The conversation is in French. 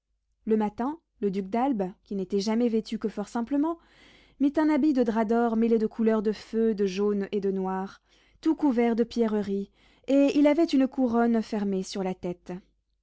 le matin le duc d'albe qui n'était jamais vêtu que fort simplement mit un habit de drap d'or mêlé de couleur de feu de jaune et de noir tout couvert de pierreries et il avait une couronne fermée sur la tête